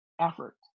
effort